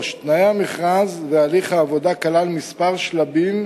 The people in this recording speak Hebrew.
בתנאי המכרז ובהליך העבודה נכללו כמה שלבים,